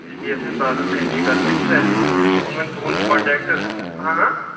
اسلیے ہسا چھِ باغس کینچی کَرٕنۍ اَسہِ تہٕ اَسہِ اوٚن وۄنۍ تُہند کونٹیکٹ ہاں ہاں